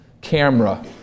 camera